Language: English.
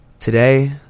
Today